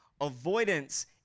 Avoidance